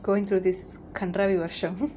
going through this கண்றாவி வருஷம்:kandraavi varusham